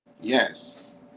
Yes